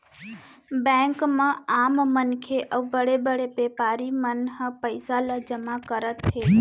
bank म आम मनखे अउ बड़े बड़े बेपारी मन ह पइसा ल जमा करथे